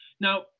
Now